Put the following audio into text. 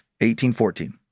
1814